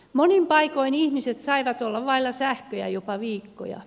monin paikoin ihmiset saivat olla vailla sähköä jopa viikkoja